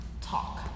talk